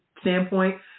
standpoint